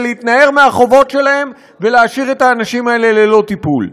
להתנער מהחובות שלהן ולהשאיר את האנשים האלה ללא טיפול.